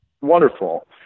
Wonderful